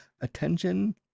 attention